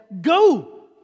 go